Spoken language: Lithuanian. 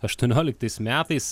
aštuonioliktais metais